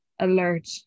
alert